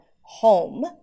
home